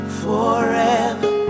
forever